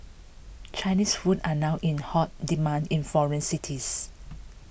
Chinese food are now in hot demand in foreign cities